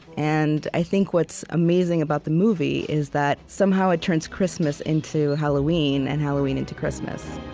and i think what's amazing about the movie is that, somehow, it turns christmas into halloween, and halloween into christmas